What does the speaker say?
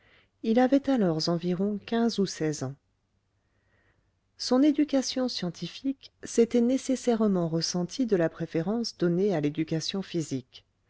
il avait alors environ quinze ou seize ans son éducation scientifique s'était nécessairement ressentie de la préférence donnée à l'éducation physique